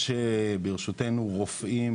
יש ברשותנו רופאים,